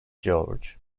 george